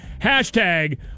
hashtag